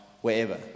wherever